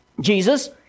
Jesus